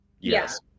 Yes